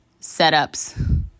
setups